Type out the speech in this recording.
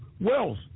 wealth